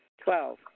Twelve